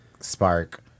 spark